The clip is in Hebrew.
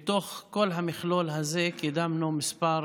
בתוך כל המכלול הזה קידמנו מספר